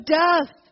death